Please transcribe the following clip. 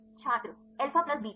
छात्र alpha plus beta